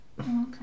Okay